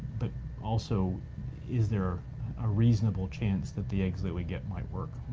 but also is there a reasonable chance that the eggs that we get might work.